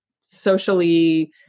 socially